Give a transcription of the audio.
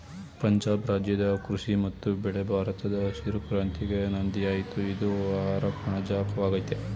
ಪಂಜಾಬ್ ರಾಜ್ಯದ ಕೃಷಿ ಮತ್ತು ಬೆಳೆ ಭಾರತದ ಹಸಿರು ಕ್ರಾಂತಿಗೆ ನಾಂದಿಯಾಯ್ತು ಇದು ಆಹಾರಕಣಜ ವಾಗಯ್ತೆ